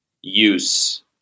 use